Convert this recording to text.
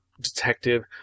detective